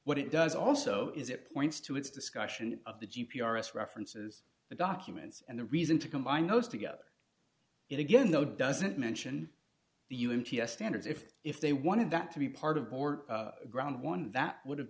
what it does also is it points to its discussion of the g p r s references the documents and the reason to combine those together it again though doesn't mention the un ts standards if if they wanted that to be part of ground one that would have